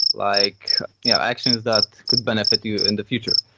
like yeah actions that could benefit you in the future.